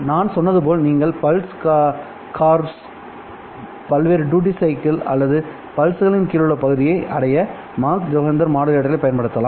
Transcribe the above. நான் சொன்னது போல் நீங்கள் பல்ஸ் கார்ஸ் பல்வேறு டூட்டி சைக்கிள் அல்லது பல்ஸ்களின் கீழ் உள்ள பகுதியை அடைய மச் ஜெஹெண்டர் மாடுலேட்டர்களைப் பயன்படுத்தலாம்